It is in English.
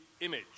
image